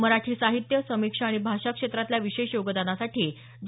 मराठी साहित्य समीक्षा आणि भाषा क्षेत्रातल्या विशेष योगदानासाठी डॉ